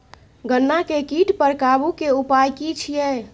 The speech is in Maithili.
गन्ना के कीट पर काबू के उपाय की छिये?